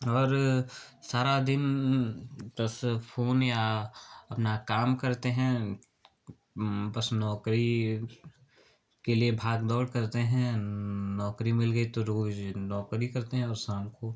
और सारा दिन बस फ़ोन या अपना काम करते हैं बस नौकरी के लिए भाग दौड़ करते हैं नौकरी मिल गई तो रोज नौकरी करते हैं और शाम को